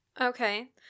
Okay